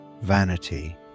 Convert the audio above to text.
vanity